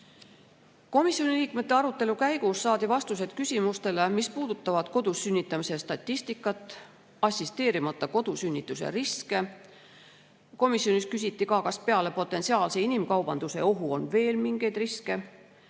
Komisjoni liikmete arutelu käigus saadi vastuseid küsimustele, mis puudutavad kodus sünnitamise statistikat, assisteerimata kodusünnituse riske. Komisjonis küsiti ka, kas peale potentsiaalse inimkaubanduse ohu on veel mingeid riske.